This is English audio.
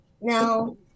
No